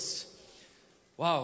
Wow